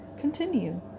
continue